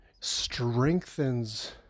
strengthens